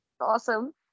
Awesome